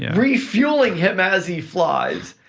refueling him as he flies,